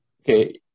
Okay